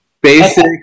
Basic